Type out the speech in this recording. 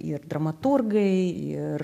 ir dramaturgai ir